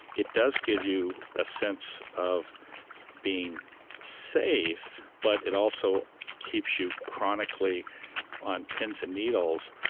it does give you a sense of being safe, but it also keeps you chronically on pins and needles,